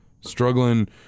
struggling